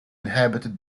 inhabited